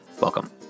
Welcome